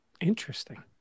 Interesting